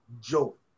joke